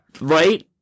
Right